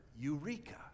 eureka